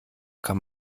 kann